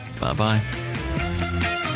Bye-bye